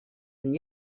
and